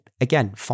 again